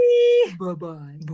Bye-bye